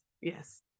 Yes